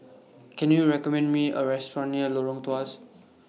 Can YOU recommend Me A Restaurant near Lorong Tawas